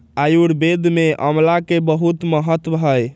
आयुर्वेद में आमला के बहुत महत्व हई